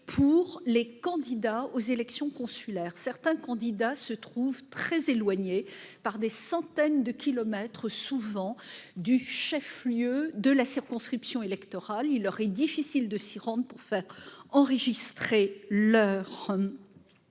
pour les candidats aux élections consulaires. Certains candidats se trouvent très éloignés, souvent de centaines de kilomètres, du chef-lieu de la circonscription électorale. Il leur est difficile de s'y rendre pour faire enregistrer leur